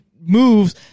moves